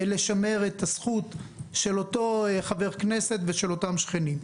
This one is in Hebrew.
לשמר את הזכות של אותו חבר כנסת ושל אותם שכנים.